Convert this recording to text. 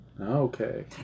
Okay